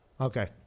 okay